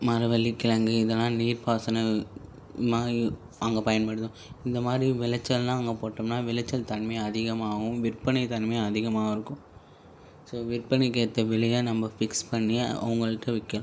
மரவள்ளிகிழங்கு இதெல்லாம் நீர்பாசன அங்கே பயன்படும் இந்தமாதிரி விளச்சல்லாம் அங்கே போட்டோம்னா விளச்சல் தன்மை அதிகமாகவும் விற்பனை தன்மை அதிகமாகவும் இருக்கும் ஸோ விற்பனைக்கு ஏற்ற விலையை நம்ம ஃபிக்ஸ் பண்ணி அவங்கள்ட்ட விற்க